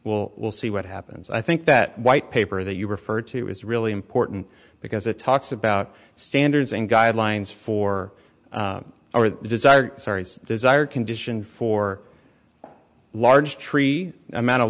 well we'll see what happens i think that white paper that you refer to is really important because it talks about standards and guidelines for our desired desired condition for large tree am